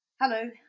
Hello